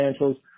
financials